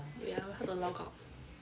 wait ah how to log out